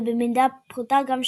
ובמידה פחותה גם שבועות,